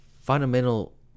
fundamental